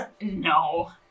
No